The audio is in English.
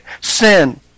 sin